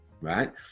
right